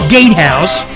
Gatehouse